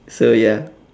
so ya